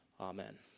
Amen